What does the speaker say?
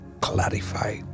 clarify